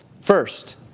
First